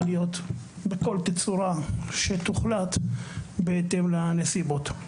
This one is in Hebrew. להיות בכל תצורה עליה יוחלט בהתאם לנסיבות.